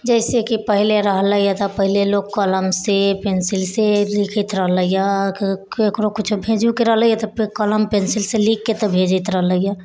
जैसे कि पहिले रहलैए तऽ पहिले लोक कलमसँ पेन्सिलसँ लिखैत रहलैय ककरो किछु भेजैके रहलैए तऽ कलम पेन्सिलसँ लिखके भेजैत रहलैए